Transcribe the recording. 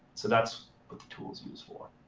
so that's what the tool is used for.